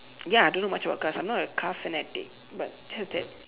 ya I don't know much about cars I'm not a car fanatic but just that